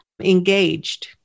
engaged